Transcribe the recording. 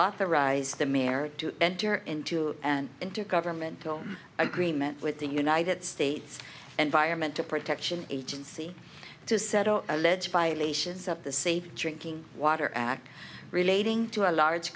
authorize the mayor to enter into an intergovernmental agreement with the united states and vironment to protection agency to settle alleged violations of the safe drinking water act relating to a large